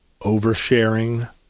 oversharing